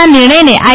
ના નિર્ણયને આઇ